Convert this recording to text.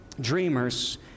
Dreamers